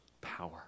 power